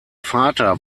vater